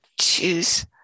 choose